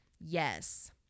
Yes